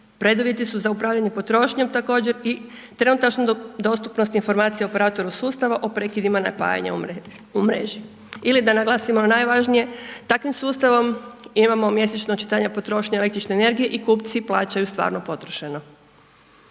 preduvjeti su za upravljanje potrošnjom također i trenutačna dostupnost informacija o operatoru sustava o prekidima napajanja u mreži. Ili da naglasim ono najvažnije takvim sustavom imamo mjesečno očitanja potrošnje električne energije i kupci plaćaju stvarno potrošeno.